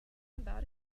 about